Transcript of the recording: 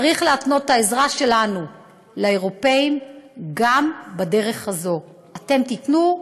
צריך להתנות את העזרה שלנו לאירופים גם בדרך הזאת: אתם תיתנו?